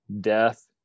death